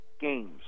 games